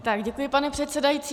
Tak děkuji, pane předsedající.